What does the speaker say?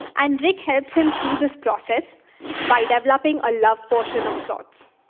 and rick helps him through this process by developing a love potion of sorts.